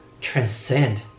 transcend